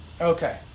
Okay